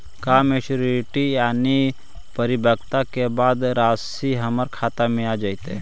का मैच्यूरिटी यानी परिपक्वता के बाद रासि हमर खाता में आ जइतई?